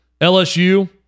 LSU